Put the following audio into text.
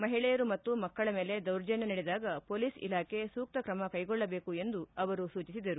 ಮಹಿಳೆಯರು ಮತ್ತು ಮಕ್ಕಳ ಮೇಲೆ ದೌರ್ಜನ್ಯ ನಡೆದಾಗ ಪೊಲೀಸ ಇಲಾಖೆ ಸೂಕ್ತ ಕ್ರಮ ಕೈಗೊಳ್ಳಬೇಕು ಎಂದು ಅವರು ಸೂಚಿಸಿದರು